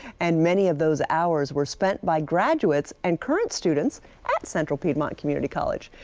and many of those hours were spent by graduates and current students at central piedmont community college.